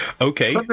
Okay